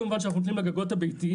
כמובן שאנחנו הולכים לגגות הביתיים,